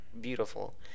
beautiful